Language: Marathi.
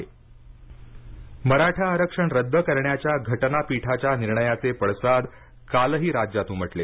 मराठा आरक्षण पडसाद मराठा आरक्षण रद्द करण्याच्या घटनापीठाच्या निर्णयाचे पडसाद कालही राज्यात उमटले